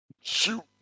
Shoot